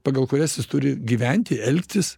pagal kurias jis turi gyventi elgtis